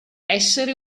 essere